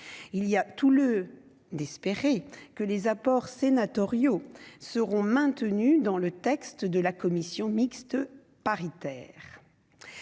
il y a tout le d'espérer que les apports sénatoriaux seront maintenus dans le texte de la commission mixte paritaire,